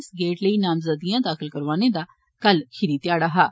इस गेड़ लेई नामजदगियां दाखल करोआने दा कल अखीरी ध्याड़ा हा